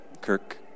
kirk